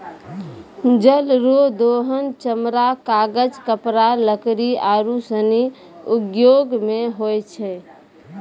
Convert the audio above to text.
जल रो दोहन चमड़ा, कागज, कपड़ा, लकड़ी आरु सनी उद्यौग मे होय छै